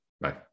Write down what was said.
bye